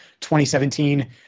2017